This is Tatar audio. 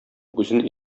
үзен